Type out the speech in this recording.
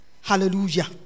Hallelujah